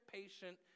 patient